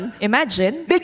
Imagine